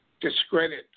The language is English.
discredit